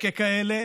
ככאלה